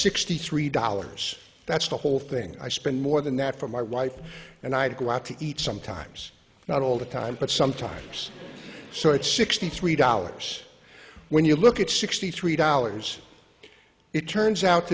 sixty three dollars that's the whole thing i spend more than that for my wife and i go out to eat sometimes not all the time but sometimes so it's sixty three dollars when you look at sixty three dollars it turns out